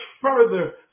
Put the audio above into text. further